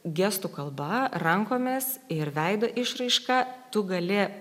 gestų kalba rankomis ir veido išraiška tu gali